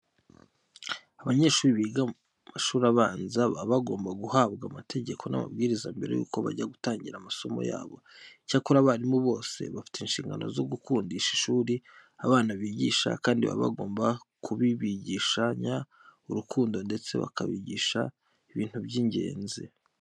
Abanyeshuri biga mu mashuri abanza baba bagomba guhabwa amategeko n'amabwiriza mbere yuko bajya gutangira amasomo yabo. Icyakora abarimu bose bafite inshingano zo gukundisha ishuri abana bigisha kandi baba bagomba kubigishanya urukundo ndetse bakabigisha ibintu by'ingenzi.